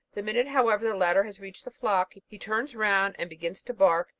the minute, however, the latter has reached the flock, he turns round and begins to bark,